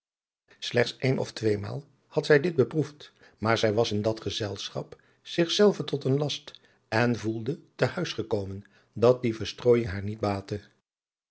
slechts een of tweemaal had zij dit beproefd maar zij was in dat gezelschap zich zelve tot een last en voelde te huisgekomen dat die verstrooijing haar niet